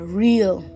real